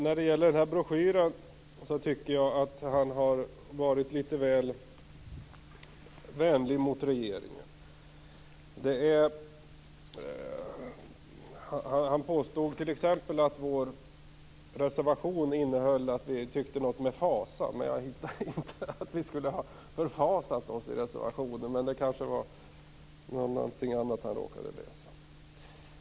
När det gäller broschyren tycker jag att Axel Andersson har varit litet väl vänlig mot regeringen. Han påstod t.ex. att det i vår reservation står någonting om "fasa". Jag vet inte att vi skulle ha förfasat oss i reservationen. Det kanske var något annat han råkade läsa.